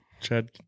Chad